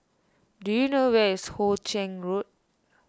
do you know where is Hoe Chiang Road